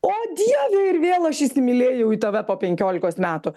o dieve ir vėl aš įsimylėjau į tave po penkiolikos metų